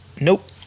Nope